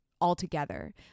altogether